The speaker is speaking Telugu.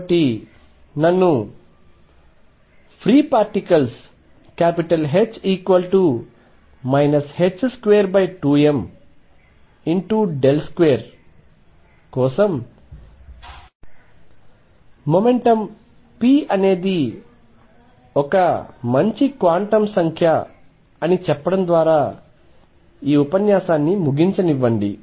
కాబట్టి నన్ను ఫ్రీ పార్టికల్స్ H 22m2 కోసం మొమెంటం p అనేది ఒక మంచి క్వాంటం సంఖ్య అని చెప్పడం ద్వారా ఈ ఉపన్యాసాన్నిముగించనివ్వండి